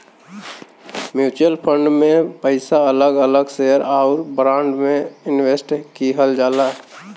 mutual fund में पइसा अलग अलग शेयर आउर बांड में इनवेस्ट किहल जाला